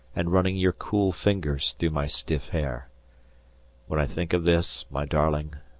and running your cool fingers through my stiff hair when i think of this, my darling,